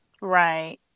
Right